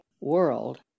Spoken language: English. world